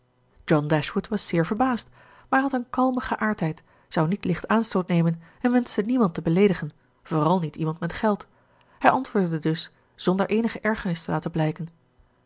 john dashwood was zeer verbaasd maar hij had een kalme geaardheid zou niet licht aanstoot nemen en wenschte niemand te beleedigen vooral niet iemand met geld hij antwoordde dus zonder eenige ergernis te laten blijken